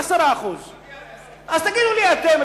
10%. אז תגידו לי אתם.